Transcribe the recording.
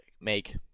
make